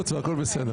פה אחד.